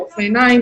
או רופא עיניים,